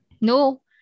No